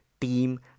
team